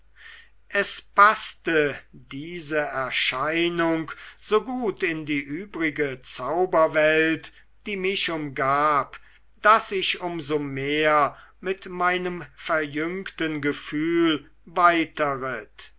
es paßte diese erscheinung so gut in die übrige zauberwelt die mich umgab daß ich um so mehr mit einem verjüngten gefühl